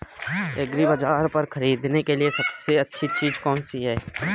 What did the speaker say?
एग्रीबाज़ार पर खरीदने के लिए सबसे अच्छी चीज़ कौनसी है?